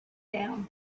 down